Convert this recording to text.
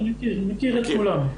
מכיר את כולם.